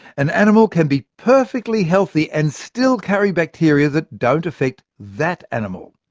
an animal can be perfectly healthy, and still carry bacteria that don't affect that animal.